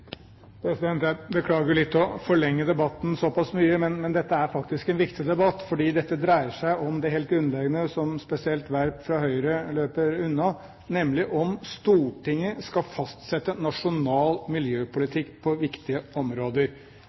Jeg beklager litt å forlenge debatten såpass mye. Men dette er faktisk en viktig debatt, fordi dette dreier seg om noe helt grunnleggende – som spesielt Werp fra Høyre løper unna – nemlig om Stortinget skal fastsette nasjonal miljøpolitikk på viktige